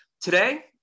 Today